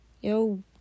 yo